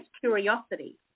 curiosity